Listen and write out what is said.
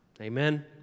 Amen